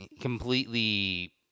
completely